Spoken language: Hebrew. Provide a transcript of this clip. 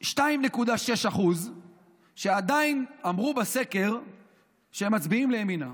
2.6% שעדיין אמרו בסקר שהם מצביעים לימינה.